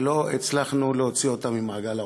שלא הצלחנו להוציא אותם ממעגל העוני.